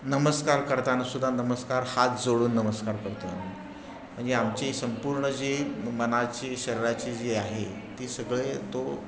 नमस्कार करताना सुद्धा नमस्कार हात जोडून नमस्कार करतो म्हणजे आमची संपूर्ण जी मनाची शरीराची जी आहे ती सगळे तो